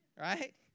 right